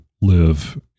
live